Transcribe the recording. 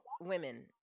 women